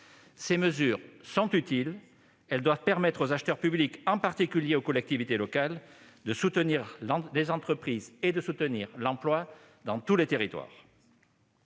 Ces mesures sont utiles ; elles doivent permettre aux acheteurs publics, en particulier aux collectivités locales, de soutenir les entreprises et l'emploi dans tous les territoires.